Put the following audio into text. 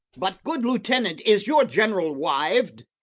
but, good lieutenant, is your general wiv'd?